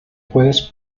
puedes